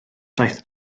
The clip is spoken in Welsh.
daeth